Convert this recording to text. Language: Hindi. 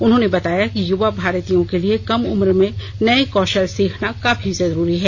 उन्होंने कहा कि युवा भारतीयों के लिए कम उम्र में नए कौशल सीखना काफी जरूरी है